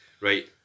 Right